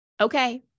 okay